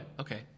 okay